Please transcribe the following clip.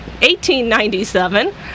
1897